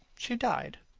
she died,